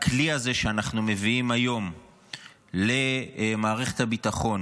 הכלי הזה שאנחנו מביאים היום למערכת הביטחון